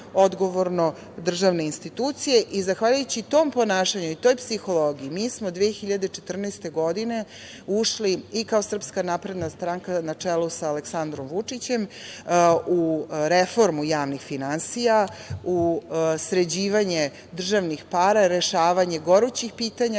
odgovorno državne institucije i, zahvaljujući tom ponašanju i toj psihologiji, mi smo 2014. godine ušli i kao SNS, na čelu sa Aleksandrom Vučićem, u reformu javnih finansija, u sređivanje državnih para, rešavanje gorućih pitanja